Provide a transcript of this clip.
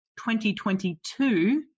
2022